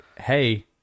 hey